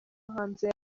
hanze